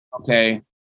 Okay